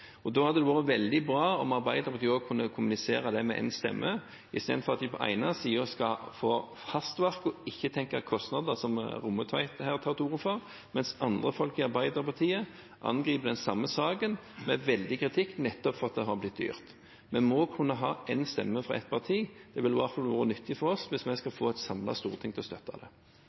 Da hadde det vært veldig bra om Arbeiderpartiet kunne kommunisert det med én stemme, istedenfor at de på den ene siden skal ha hastverk og ikke tenke kostnader, som Rommetveit her tar til orde for, mens andre folk i Arbeiderpartiet angriper den samme saken med veldig kritikk, nettopp fordi det har blitt dyrt. Det må kunne være én stemme fra ett parti. Det ville i hvert fall være nyttig for oss hvis vi skal få et samlet storting til å støtte det.